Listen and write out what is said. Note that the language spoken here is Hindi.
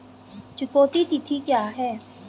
चुकौती तिथि क्या है?